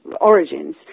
origins